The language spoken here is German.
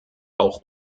auch